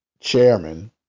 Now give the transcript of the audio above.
Chairman